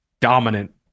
dominant